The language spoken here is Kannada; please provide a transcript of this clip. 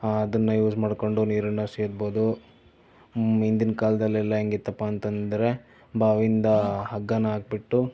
ಅದನ್ನು ಯೂಸ್ ಮಾಡಿಕೊಂಡು ನೀರನ್ನು ಸೇದ್ಬೋದು ಹಿಂದಿನ ಕಾಲದಲ್ಲೆಲ್ಲ ಹೇಗಿತ್ತಪ್ಪ ಅಂತಂದರೆ ಬಾವಿಂದ ಹಗ್ಗನ ಹಾಕಿಬಿಟ್ಟು